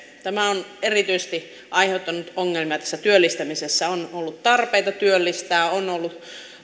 tämä on erityisesti aiheuttanut ongelmia työllistämisessä on ollut tarpeita työllistää on ollut